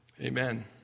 Amen